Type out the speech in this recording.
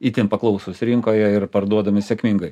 itin paklausūs rinkoje ir parduodami sėkmingai